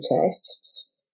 tests